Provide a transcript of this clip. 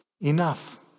enough